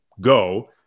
go